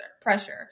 pressure